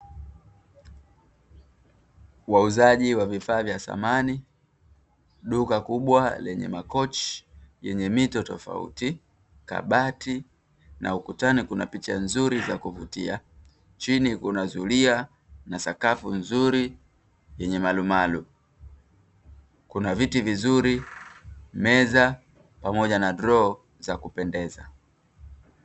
Wauzaji wa vifaa vya samani, duka kubwa lenye makochi yenye mito tofauti, kabati na ukutani kuna picha nzuri za kuvutia chini kuna zuria na sakafu nzuri yenye malumalu kuna viti vizuri, meza, pamoja na droo za kupendeza.